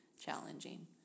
challenging